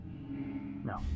No